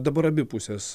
o dabar abi pusės